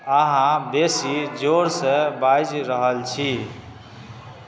अहाँ बेसी जोर से बाजि रहल छी